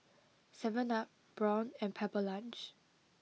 Seven Up Braun and Pepper Lunch